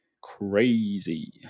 crazy